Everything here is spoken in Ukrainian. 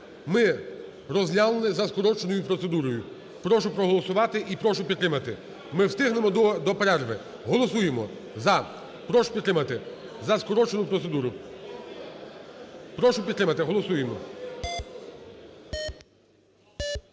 ми розглянули за скороченою процедурою. Прошу проголосувати і прошу підтримати. Ми встигнемо до перерви. Голосуємо "за". Прошу підтримати за скорочену процедуру. Прошу підтримати. Голосуємо.